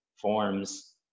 forms